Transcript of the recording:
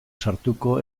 sartuko